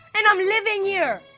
and i'm living here.